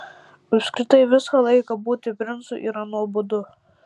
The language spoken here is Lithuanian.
apskritai visą laiką būti princu yra nuobodu